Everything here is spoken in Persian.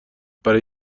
برای